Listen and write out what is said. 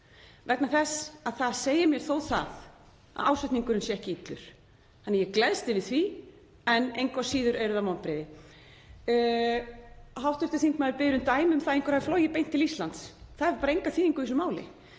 vegna þess að það segir mér þó að ásetningurinn sé ekki illur, þannig að ég gleðst yfir því en engu að síður eru það vonbrigði. Hv. þingmaður biður um dæmi um það að einhver hafi flogið beint til Íslands. Það hefur bara enga þýðingu í þessu máli.